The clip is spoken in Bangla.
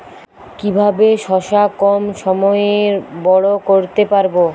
কিভাবে শশা কম সময়ে বড় করতে পারব?